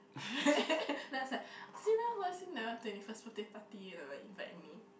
then I was like see lah who ask you never twenty first birthday party you never invite me